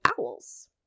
owls